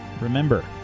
remember